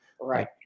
Right